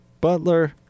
Butler